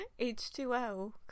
h2o